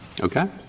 Okay